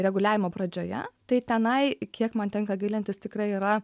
reguliavimo pradžioje tai tenai kiek man tenka gilintis tikrai yra